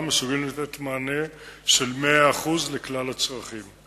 מסוגלים לתת מענה של 100% לכלל הצרכים.